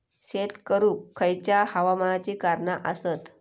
शेत करुक खयच्या हवामानाची कारणा आसत?